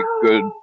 good